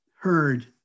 heard